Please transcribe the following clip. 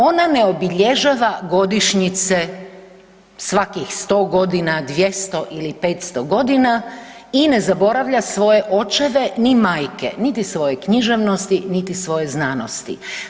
Ona ne obilježava godišnjice svakih 100 godina, 200 ili 500 godina i ne zaboravlja svoje očeve ni majke, niti svoje knjiženosti niti svoje znanosti.